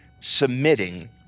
submitting